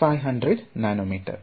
500 nano metre